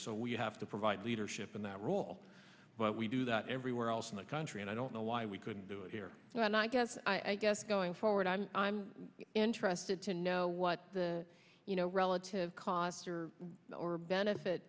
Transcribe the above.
so we have to provide leadership in that role but we do that everywhere else in the country and i don't know why we couldn't do it here but i guess i guess going forward i'm i'm interested to know what the you know relative costs are or benefit